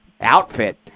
outfit